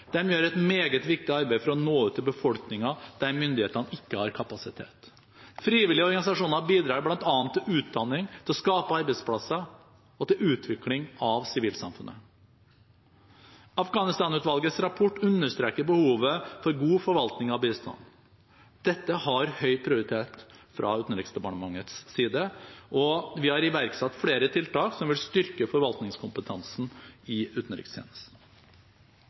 gjør et meget viktig arbeid for å nå ut til befolkningen der myndighetene ikke har kapasitet. Frivillige organisasjoner bidrar bl.a. til utdanning, til å skape arbeidsplasser og til utvikling av sivilsamfunn. Afghanistan-utvalgets rapport understreker behovet for god forvaltning av bistanden. Dette har høy prioritet fra Utenriksdepartementets side, og vi har iverksatt flere tiltak som vil styrke forvaltningskompetansen i utenrikstjenesten.